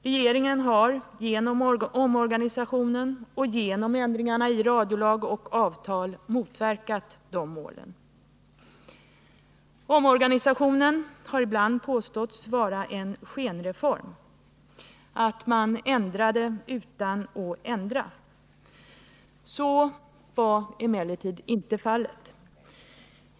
Regeringen har genom omorganisationen och genom ändringarna i radiolag och avtal motverkat dessa mål. Omorganisationen har ibland påståtts vara en skenreform — att man ändrade utan att ändra. Så var emellertid inte fallet.